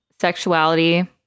sexuality